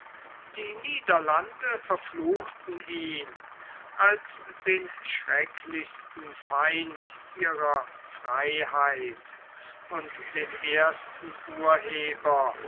die niederlande verfluchten ihn als den schrecklichsten feind ihrer freiheit und den ersten urheber